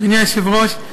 אדוני היושב-ראש,